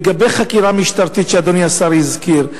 לגבי חקירה משטרתית שאדוני השר הזכיר: